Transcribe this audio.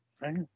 right